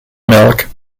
milk